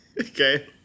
Okay